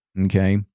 okay